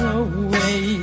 away